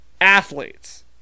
athletes